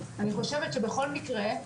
אני חושבת שבכל מקרה,